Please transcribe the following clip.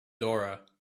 dora